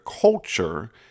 culture